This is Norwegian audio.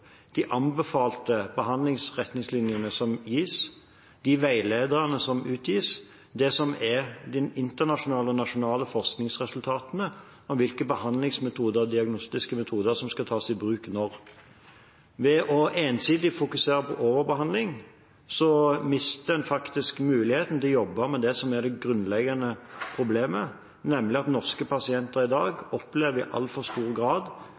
de anbefalte behandlingsretningslinjene som gis, de veilederne som utgis, og det som er de internasjonale og nasjonale forskningsresultatene om hvilke behandlingsmetoder og diagnostiske metoder som skal tas i bruk når. Ved ensidig å fokusere på overbehandling mister man faktisk muligheten til å jobbe med det som er det grunnleggende problemet, nemlig at norske pasienter i dag i altfor stor grad